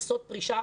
מכסות פרישה,